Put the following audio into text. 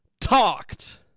talked